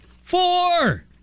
Four